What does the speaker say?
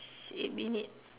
eight minute